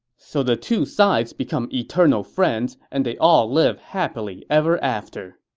so the two sides become eternal friends and they all live happily ever after.